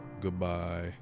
Goodbye